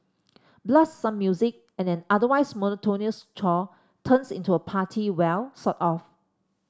blast some music and an otherwise monotonous chore turns into a party well sort of